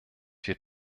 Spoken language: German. wir